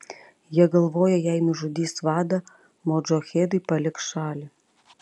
jie galvoja jei nužudys vadą modžahedai paliks šalį